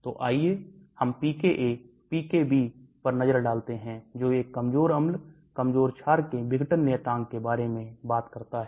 तो आइए हम pKa pKb पर नजर डालते हैं जो एक कमजोर अम्ल कमजोर छार के विघटन नियतांक के बारे में बात करता है